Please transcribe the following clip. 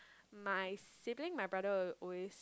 my sibling my brother will always